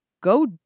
go